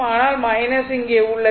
ஆனால் இங்கே உள்ளது